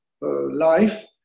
life